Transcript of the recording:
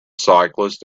cyclists